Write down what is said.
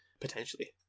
potentially